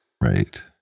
Right